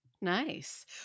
nice